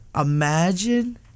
imagine